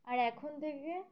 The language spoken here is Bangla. আর এখন থেকে